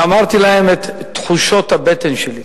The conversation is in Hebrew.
ואמרתי להם את תחושות הבטן שלי.